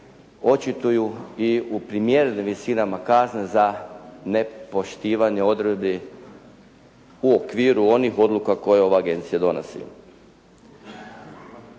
očituju i u primjerenim visinama kazne za nepoštivanje odredbi u okviru onih odluka koje ova agencija donosi.